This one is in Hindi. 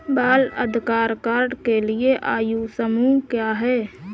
बाल आधार कार्ड के लिए आयु समूह क्या है?